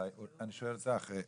אני שואל את זה אחרי.